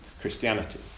Christianity